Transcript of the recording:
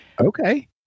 Okay